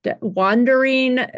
Wandering